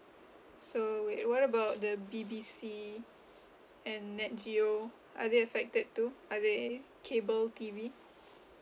so wait what about the B_B_C and NatGeo are they affected too are they cable T_V